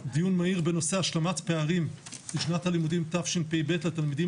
דיון מהיר בנושא השלמת פערים בשנת הלימודים תשפ"ב לתלמידים